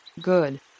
good